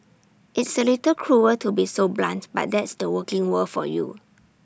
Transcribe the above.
it's A little cruel to be so blunt but that's the working world for you